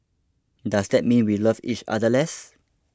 does that mean we love each other less